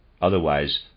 Otherwise